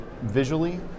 visually